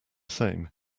same